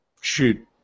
shoot